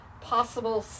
possible